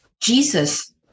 Jesus